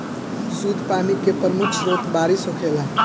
शुद्ध पानी के प्रमुख स्रोत बारिश होखेला